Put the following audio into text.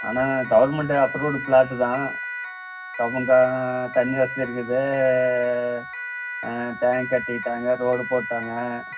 ஆனால் government approved plot தான் தண்ணி வசதி இருக்குது டேங்க் கட்டிட்டாங்க ரோடு போட்டுட்டாங்க